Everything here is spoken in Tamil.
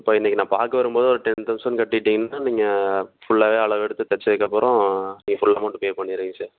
இப்போ இன்னைக்கு நான் பார்க்க வரும்போது ஒரு டென் தௌசண்ட் கட்டிட்விடீங்கன்னா நீங்கள் ஃபுல்லாகவே அளவெடுத்து தச்சதுக்கப்புறம் நீங்கள் ஃபுல் அமௌண்ட்டு பே பண்ணிவிடுங்க சார்